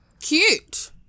Cute